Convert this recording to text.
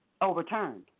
overturned